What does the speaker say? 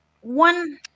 One